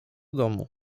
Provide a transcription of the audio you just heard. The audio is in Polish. domu